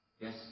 Yes